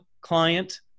client